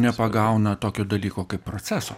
nepagauna tokio dalyko kaip proceso